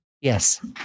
Yes